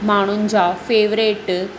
माण्हुनि जा फेवरेट